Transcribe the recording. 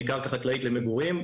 מקרקע חקלאית למגורים,